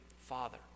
father